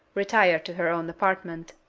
retired to her own apartment.